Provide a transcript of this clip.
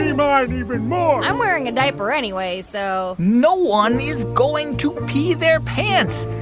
you know and even more i'm wearing a diaper anyway, so no one is going to pee their pants.